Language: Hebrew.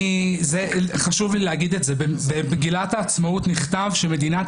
חשוב לי להגיד את זה: במגילת העצמאות נכתב שמדינת